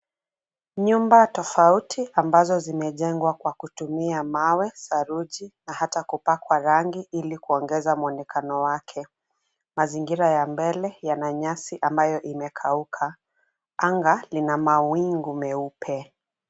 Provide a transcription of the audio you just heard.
Nyumba tofauti ambazo zimejengwa kwa kutumia mawe, saruji na hata kupakwa rangi ili kuongeza muonekano wake. Mazingira ya mbele yana nyasi ambayo imekauka. Anga lina mawingu meupe.